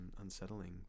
unsettling